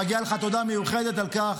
מגיעה לך תודה מיוחדת על כך,